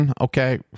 okay